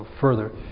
further